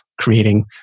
creating